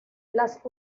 las